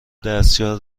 دستیار